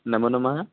नमोनमः